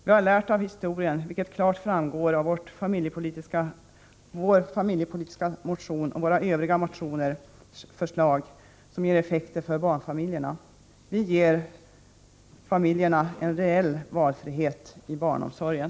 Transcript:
Vi har lärt av historien, vilket klart framgår av vår familjepolitiska motion och våra övriga motionsförslag, som ger effekter för barnfamiljerna. Vi ger familjerna en reell valfrihet i barnomsorgen.